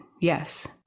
Yes